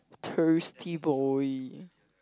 thirsty boy